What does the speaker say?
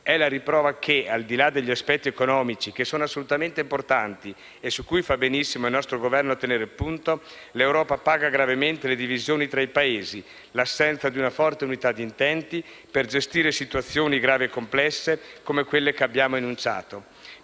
È la riprova che - al di là degli aspetti economici che sono assolutamente importanti e su cui fa benissimo il nostro Governo a tenere il punto - l'Europa paga gravemente le divisioni tra i Paesi, l'assenza di una forte unità d'intenti per gestire situazioni gravi e complesse, come quelle che abbiamo enunciato.